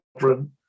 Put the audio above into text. sovereign